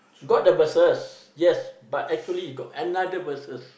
got the verses yes but actually got another verses